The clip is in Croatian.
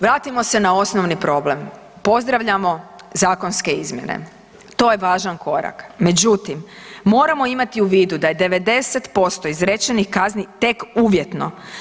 Vratimo se na osnovni problem, pozdravljamo zakonske izmjene to je važan korak, međutim moramo imati u vidu da je 90% izrečenih kazni tek uvjetno.